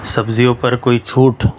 سبزیوں پر کوئی چھوٹ